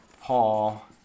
Paul